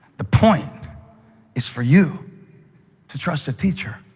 the point is for you to trust the teacher.